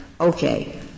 Okay